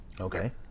Okay